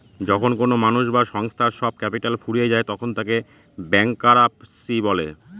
যখন কোনো মানুষ বা সংস্থার সব ক্যাপিটাল ফুরিয়ে যায় তখন তাকে ব্যাংকরাপসি বলে